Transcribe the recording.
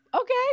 okay